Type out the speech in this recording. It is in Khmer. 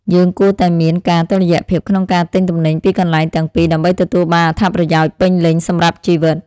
យើងគួរតែមានការតុល្យភាពក្នុងការទិញទំនិញពីកន្លែងទាំងពីរដើម្បីទទួលបានអត្ថប្រយោជន៍ពេញលេញសម្រាប់ជីវិត។